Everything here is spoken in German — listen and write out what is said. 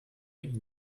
ihn